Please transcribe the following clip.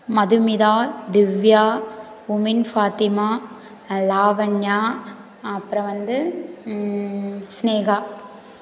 மதுமிதா திவ்யா உமின்ஃபாத்திமா லாவண்யா அப்றம் வந்து சினேகா